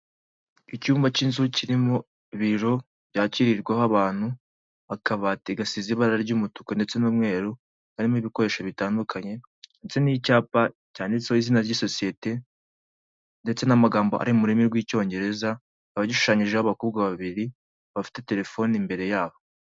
Icyumba cy'inzu kiri mu biro byakirirwaho abantu bakabatigasize ibara ry'umutuku ndetse n'umweru harimo ibikoresho bitandukanye ndetse n'icyapa cyanditseho izina ry'isosiyete ndetse n'amagambo ari mu rurimi rw'icyongereza abashushanyijeho abakobwa babiri bafite telefoni imbere yabo.